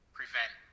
prevent